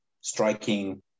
striking